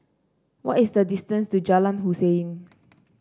what is the distance to Jalan Hussein